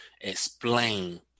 explain